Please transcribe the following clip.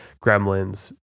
gremlins